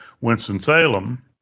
Winston-Salem